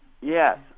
Yes